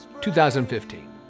2015